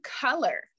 color